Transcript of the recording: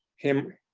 him,